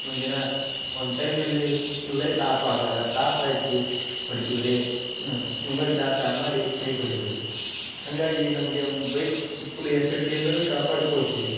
ಒಂದು ದಿನ ಒಂದು ಟೈಮ್ನಲ್ಲಿ ಲೈಟ್ ಆಪ್ ಆದಾಗ ಟಾರ್ಚ್ ಹಾಕಿ ಹೊಡಿತೀವ್ರೀ ಮೊಬೈಲ್ ಟಾರ್ಚ್ ಆನ್ ಮಾಡಿ ಬೈಕ್ ಹೊಡಿತೀವ್ರಿ ಹಾಗಾಗಿ ನಮಗೆ ಬೈಕ್ ಫುಲ್ ಎಚ್ಚರಿಕೆಯಿಂದಲೂ ಕಾಪಾಡಿಕೊಳ್ತೀವ್ರಿ